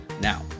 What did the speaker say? Now